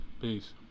peace